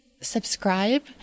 subscribe